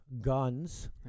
guns